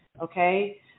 okay